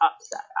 upset